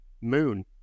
moon